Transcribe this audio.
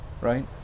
right